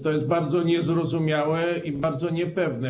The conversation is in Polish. To jest bardzo niezrozumiałe i bardzo niepewne.